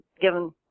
given